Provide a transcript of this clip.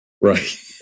Right